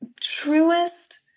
truest